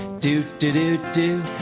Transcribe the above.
do-do-do-do